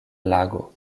lago